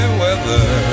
weather